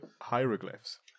hieroglyphs